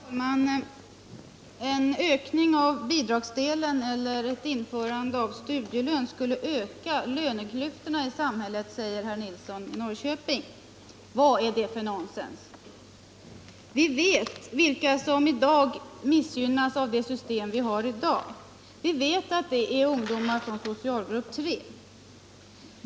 Herr talman! En ökning av bidragsdelen eller ett införande av studielön skulle öka löneklyftorna i samhället, säger herr Nilsson i Norrköping. Vad är det för nonsens? Vi vet vilka som missgynnas av det system vi har i dag. Vi vet att det är ungdomar från socialgrupp 3.